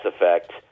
Effect